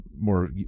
more